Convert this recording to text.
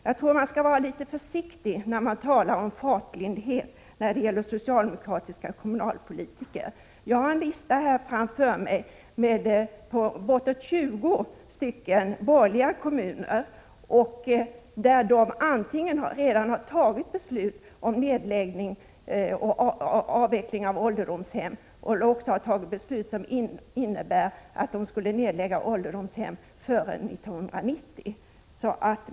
Jag tror man skall vara litet försiktig när man talar om fartblindhet hos socialdemokratiska kommunalpolitiker. Jag har en lista här framför mig på bortåt 20 borgerliga kommuner, som antingen redan har tagit beslut om avveckling av ålderdomshem eller också planerar att nedlägga ålderdomshem före 1990.